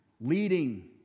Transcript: leading